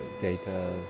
data